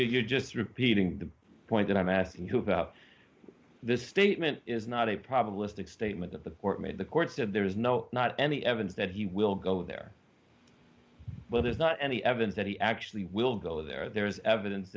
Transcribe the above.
you're just repeating the point that i'm asking you about this statement is not a probabilistic statement that the court made the court said there is no not any evidence that he will go there but there's not any evidence that he actually will go there there is evidence